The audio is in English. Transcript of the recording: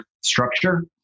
structure